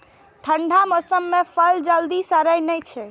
ठंढा मौसम मे फल जल्दी सड़ै नै छै